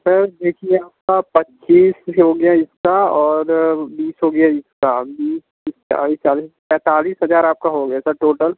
sir देखिए आपका पच्चीस किलो हो गया इसका और बीस हो गया इसका बीस तीस चालीस चालीस पैंतालीस हज़ार आपका हो गया सर टोटल